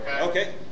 Okay